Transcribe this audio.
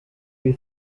you